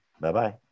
Bye-bye